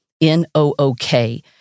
N-O-O-K